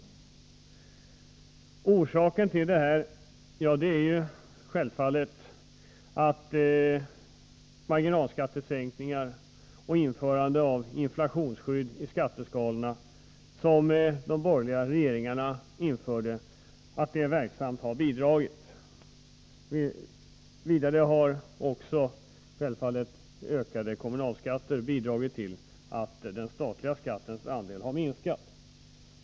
De bidragande orsakerna till detta är självfallet marginalskattesänkningarna och införandet av inflationsskydd i skatteskalorna som de borgerliga regeringarna införde. Självfallet har även ökade kommunalskatter bidragit till att den statliga skattens andel har minskat.